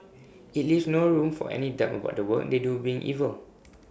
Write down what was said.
IT leaves no room for any doubt about the work they do being evil